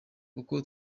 kuko